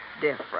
different